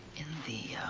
in the,